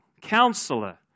Counselor